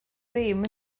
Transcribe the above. ddim